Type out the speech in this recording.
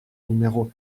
numéro